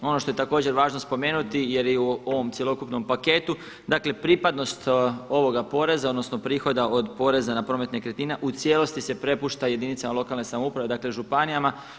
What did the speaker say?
Ono što je također važno spomenuti jer je u ovom cjelokupnom paketu, dakle pripadnost ovoga poreza odnosno prihoda od poreza na promet nekretnina u cijelosti se prepušta jedinicama lokalne samouprave, dakle županijama.